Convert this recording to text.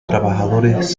trabajadores